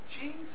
Jesus